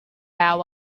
out